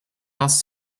last